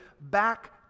back